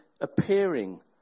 appearing